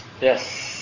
yes